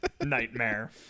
Nightmare